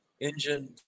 engine